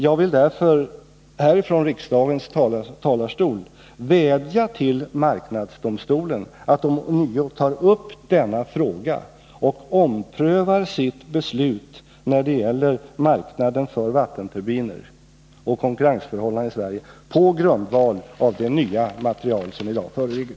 Jag vill därför från riksdagens talarstol vädja till marknadsdomstolen att man ånyo tar upp denna fråga och omprövar sitt beslut när det gäller marknaden för vattenturbiner samt konkurrensförhållandena i Sverige på grundval av det nya material som i dag föreligger.